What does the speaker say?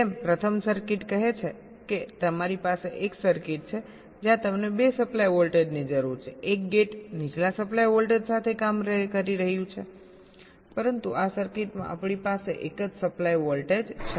જેમ પ્રથમ સર્કિટ કહે છે કે તમારી પાસે એક સર્કિટ છે જ્યાં તમને બે સપ્લાય વોલ્ટેજની જરૂર છે એક ગેટ નીચલા સપ્લાય વોલ્ટેજ સાથે કામ કરી રહ્યું છે પરંતુ આ સર્કિટમાં આપણી પાસે એક જ સપ્લાય વોલ્ટેજ છે